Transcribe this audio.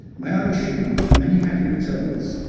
may i wish you many happy returns.